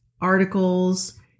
articles